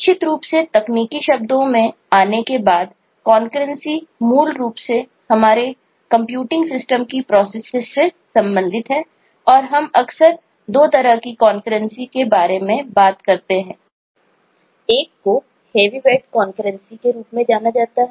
निश्चित रूप से तकनीकी शब्दों में आने के बाद कॉन्करेंसी प्रदान करता है